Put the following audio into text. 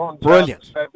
Brilliant